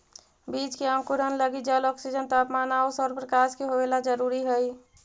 बीज के अंकुरण लगी जल, ऑक्सीजन, तापमान आउ सौरप्रकाश के होवेला जरूरी हइ